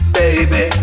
baby